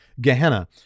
Gehenna